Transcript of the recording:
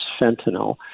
fentanyl